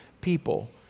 people